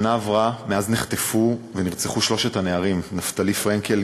שנה עברה מאז נחטפו ונרצחו שלושת הנערים נפתלי פרנקל,